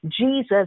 Jesus